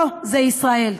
פה זה ישראל.